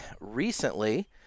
recently